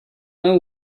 know